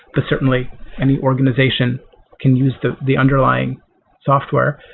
but certainly any organization can use the the underlying software.